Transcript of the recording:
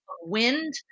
wind